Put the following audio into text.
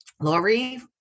Lori